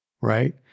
right